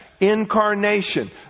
incarnation